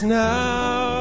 now